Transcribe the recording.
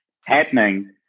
happening